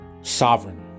sovereign